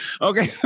okay